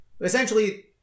essentially